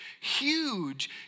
huge